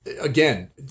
again